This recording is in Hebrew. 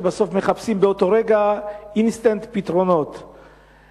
ובסוף מחפשים באותו רגע פתרונות אינסטנט.